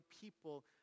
people